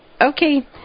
Okay